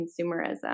consumerism